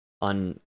on